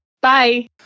Bye